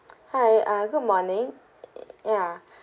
hi ah good morning ya